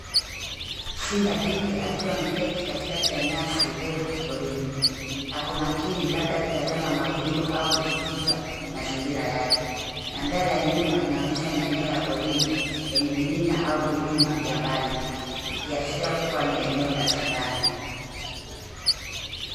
Simba jike akiwa ameketi katikati ya nyasi ndefu porini. Ako makini labda akitazama mawindo au kuchunguza mazingira yake. Mandhari ya nyuma inaonyesha maeneo ya porini yenye milima au vilima vya mbali, ikiashiria kuwa ni eneo la savanna.